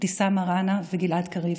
אבתיסאם מראענה וגלעד קריב.